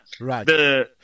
Right